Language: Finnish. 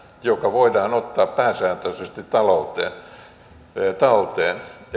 joka voidaan ottaa pääsääntöisesti talteen